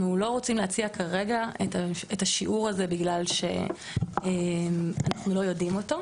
אנחנו לא רוצים להציע כרגע את השיעור הזה משום שאנחנו לא יודעים אותו.